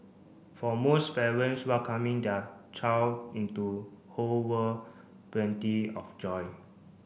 for most parents welcoming their child into whole world plenty of joy